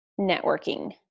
networking